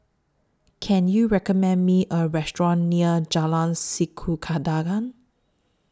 Can YOU recommend Me A Restaurant near Jalan